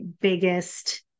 biggest